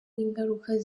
ingaruka